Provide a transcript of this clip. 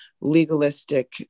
legalistic